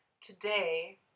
today